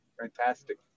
Fantastic